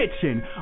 kitchen